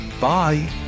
Bye